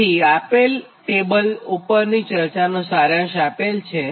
તેથી આપેલ ટેબલ ઉપરની ચર્ચાનો સારાંશ આપેલ છે